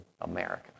America